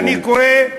כשאני קורא,